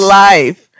life